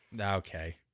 Okay